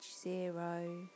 zero